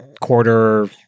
quarter